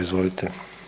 Izvolite.